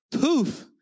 Poof